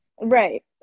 Right